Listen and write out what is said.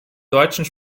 deutschen